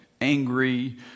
angry